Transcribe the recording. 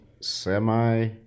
semi